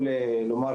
שלום.